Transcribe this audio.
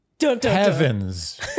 heavens